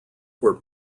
were